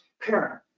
parent